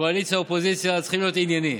קואליציה-אופוזיציה צריכים להיות ענייניים.